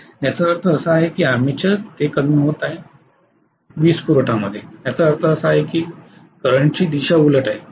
याचा अर्थ असा की आर्मेचरमधून वीज पुरवठ्यामध्ये ते कमी होत आहे याचा अर्थ असा आहे की करंटची दिशा उलट आहे